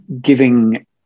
giving